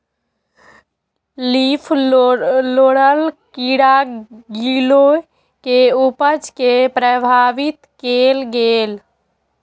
leaf roller कीड़ा गिलोय के उपज कें प्रभावित केलकैए